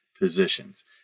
positions